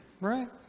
right